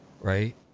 right